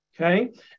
okay